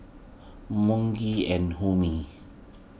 and Homi